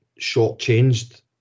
shortchanged